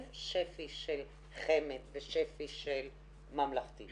השבוע קיבלתי מייל מנערה בת 17 שביקשה להתנדב בתודעה.